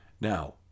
Now